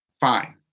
Fine